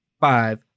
Five